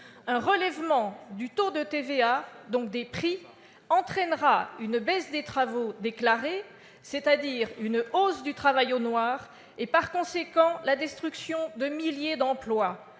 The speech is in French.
Un relèvement du taux de TVA, donc des prix, entraînera une baisse du volume des travaux déclarés, c'est-à-dire une hausse du travail au noir, et, par conséquent, la destruction de milliers d'emplois.